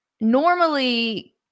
Normally